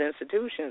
institutions